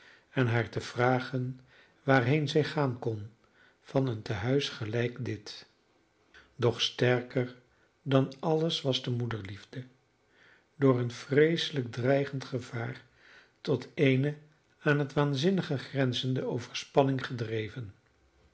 en haar te vragen waarheen zij gaan kon van een tehuis gelijk dit doch sterker dan alles was de moederliefde door een vreeselijk dreigend gevaar tot eene aan het waanzinnige grenzende overspanning gedreven